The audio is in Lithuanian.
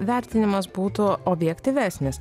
vertinimas būtų objektyvesnis